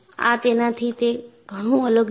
આ તેનાથી તે ઘણું અલગ છે